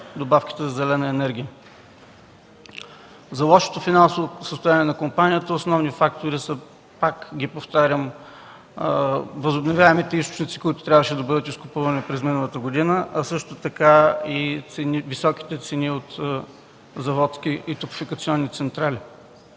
добавките за зелена енергия. За лошото финансово състояние на компанията основни фактори са, пак ги повтарям – възобновяемите източници, които трябваше да бъдат изкупувани през миналата година, а също така и високите цени от заводски и топлофикационни централи.